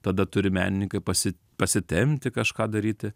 tada turi menininkai pasi pasitempti kažką daryti